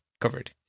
covered